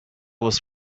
was